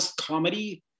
comedy